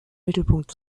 mittelpunkt